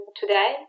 today